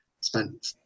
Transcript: spent